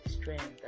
strength